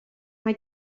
mae